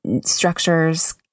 structures